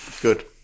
Good